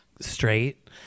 straight